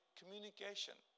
communication